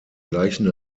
gleichen